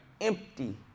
empty